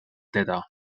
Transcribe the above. teda